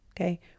Okay